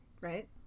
right